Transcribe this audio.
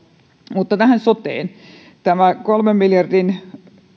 mutta tähän soteen tämä kolmen miljardin